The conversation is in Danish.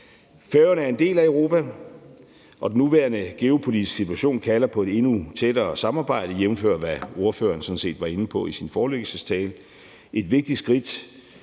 Færøerne er en del af Europa, og den nuværende geopolitiske situation kalder på et endnu tættere samarbejde, jævnfør hvad ordføreren sådan set var inde på i sin forelæggelsestale. Et vigtigt skridt